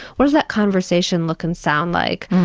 what does that conversation look and sound like?